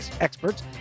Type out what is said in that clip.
experts